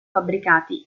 fabbricati